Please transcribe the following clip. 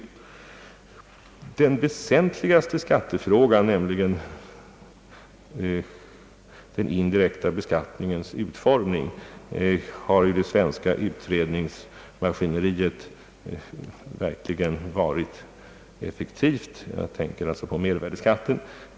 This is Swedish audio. I fråga om den väsentligaste skattefrågan, den indirekta beskattningens utformning, har det svenska utredningsmaskineriet verkligen varit effektivt; jag tänker naturligtvis på mervärdeskatten.